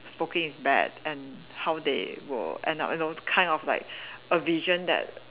smoking is bad and how they will end up you know it's kind of like a vision that